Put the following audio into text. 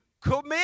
commit